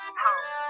home